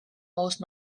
most